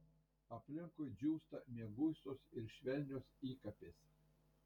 aplinkui džiūsta mieguistos ir švelnios įkapės